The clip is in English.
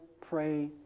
pray